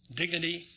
dignity